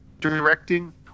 directing